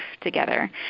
together